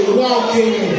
walking